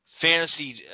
fantasy